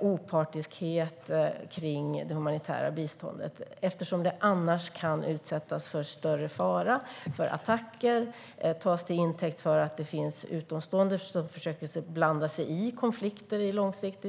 opartiskhet när det gäller det humanitära biståndet eftersom det annars kan utsättas för större fara och attacker. Det kan också tas till intäkt för att det finns utomstående som försöker blanda sig i konflikter.